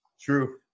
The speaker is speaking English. True